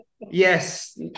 Yes